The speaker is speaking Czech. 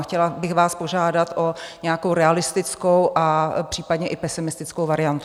Chtěla bych vás požádat o nějakou realistickou a případně i pesimistickou variantu.